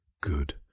good